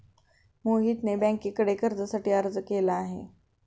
मोहितने बँकेकडे कर्जासाठी अर्ज केला आहे